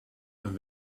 een